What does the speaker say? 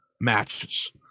matches